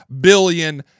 billion